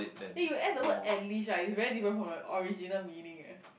eh you add the word at least right is very different from your original meaning eh